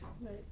Right